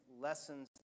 lessons